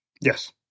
Yes